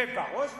ובראש ובראשונה,